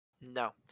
No